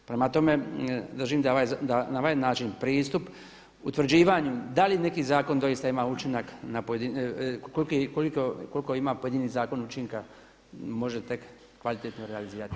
Prema tome, držim da na ovaj način pristup utvrđivanju da li neki zakon doista ima učinak, koliko ima pojedini zakon učinka, može tek kvalitetno realizirati.